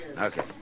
Okay